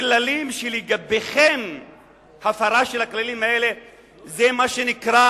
כללים שלגביכם הפרה של הכללים האלה זה מה שנקרא